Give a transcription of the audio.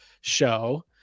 show